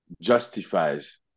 justifies